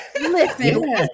listen